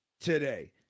today